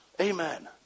Amen